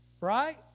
right